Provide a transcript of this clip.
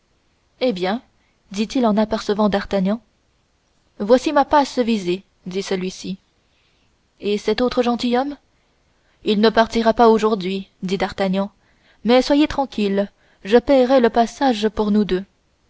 eh bien dit-il en apercevant d'artagnan voici ma passe visée dit celui-ci et cet autre gentilhomme il ne partira pas aujourd'hui dit d'artagnan mais soyez tranquille je paierai le passage pour nous deux